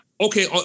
okay